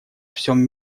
всем